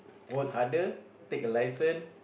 work harder take a license